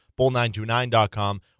bull929.com